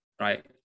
right